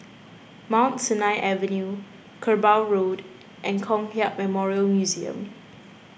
Mount Sinai Avenue Kerbau Road and Kong Hiap Memorial Museum